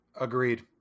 Agreed